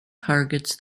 targets